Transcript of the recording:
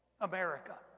America